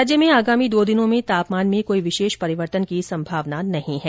राज्य में आगामी दो दिनों में तापमान में कोई विशेष परिवर्तन की संभावना नहीं है